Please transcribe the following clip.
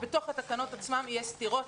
ובתוך התקנות עצמן יש סתירות,